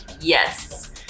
yes